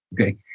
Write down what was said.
Okay